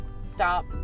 stop